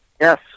Yes